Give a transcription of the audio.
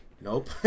nope